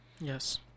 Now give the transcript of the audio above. Yes